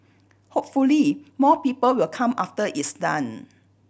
hopefully more people will come after it's done